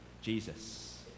Jesus